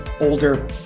older